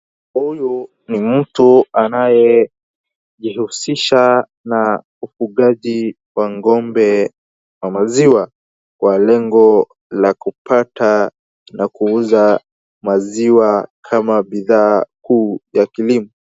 Huyu ni mtu anayejihusisha na ufugaji wa ng'ombe wa maziwa kwa lengo ya kupata na kuuza maziwa kama bidhaa kuu ya kilimo.